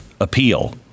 appeal